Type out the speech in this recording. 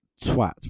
twat